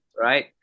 right